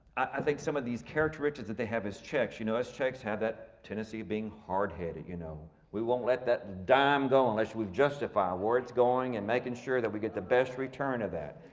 i think some of these characteristics that they have as czechs, you know us czechs had that tendency of being hard headed, you know we won't let that dime go unless we've justified where it's going, and making sure that we get the best return of that.